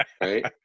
right